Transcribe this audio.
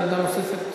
עמדה נוספת.